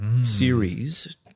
series